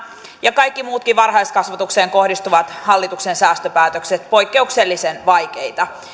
ja kaikki muutkin varhaiskasvatukseen kohdistuvat hallituksen säästöpäätökset poikkeuksellisen vaikeita